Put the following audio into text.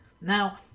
now